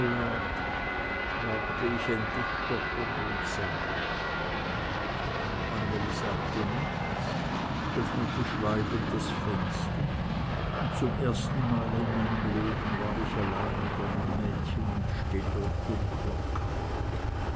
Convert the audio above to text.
fragte ich endlich stotternd und zagend anneli sagte nichts öffnete schweigend das fenster und zum ersten male in meinem leben war ich allein mit einem mädchen in stiller